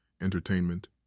entertainment